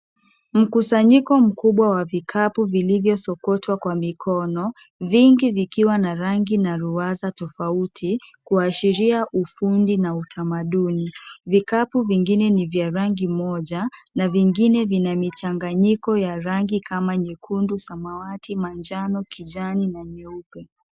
Mkusanyiko mkubwa wa vikapu vilivyosokotwa kwa mikono, vingi vikiwa na rangi na ruwaza tofauti, kuashiria ufundi na utamaduni, vikapu vingine ni vya rangi moja na vingine vina michanganyiko ya rangi kama nyekundu, samawati, manjano, kijani na nyeupe.